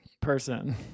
person